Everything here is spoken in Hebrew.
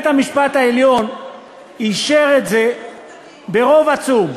בית-המשפט העליון אישר את זה ברוב עצום,